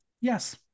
Yes